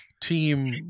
team